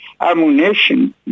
ammunition